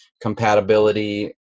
compatibility